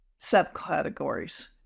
subcategories